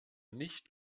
nicht